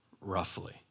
roughly